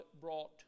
brought